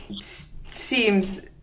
seems